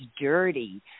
dirty